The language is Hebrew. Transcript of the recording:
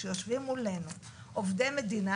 כשיושבים מולנו עובדי מדינה,